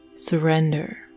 Surrender